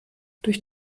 durch